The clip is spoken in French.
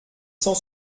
cent